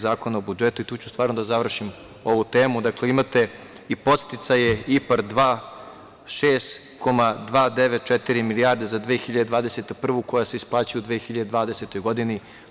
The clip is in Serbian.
Zakona o budžetu, i tu ću stvarno da završim ovu temu, dakle, imate i podsticaje IPARD II 6,294 milijarde za 2021. godinu koji se isplaćuju u 2020. godini.